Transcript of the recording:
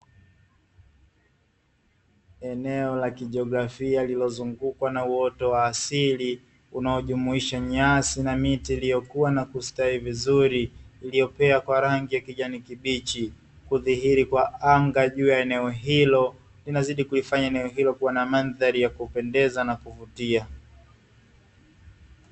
Eneo la kijiografia lililozungukwa na uoto wa asili, unaojumuisha nyasi na miti iliyokua na kustawi vizuri, iliyopea kwa rangi ya kijani kibichi. Kudhihiri kwa anga juu ya eneo hilo, inazidi kuifanya eneo hilo kuwa na mandhari ya kupendeza na kuvutia.